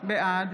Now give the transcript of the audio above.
בעד